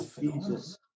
Jesus